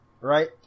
right